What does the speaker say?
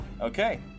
Okay